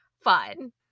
fun